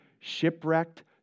shipwrecked